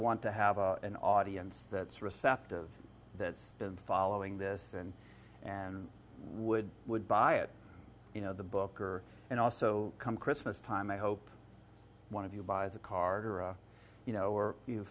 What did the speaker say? want to have an audience that's receptive that's been following this and and would would buy it you know the booker and also come christmas time i hope one of you buys a card or a you know or you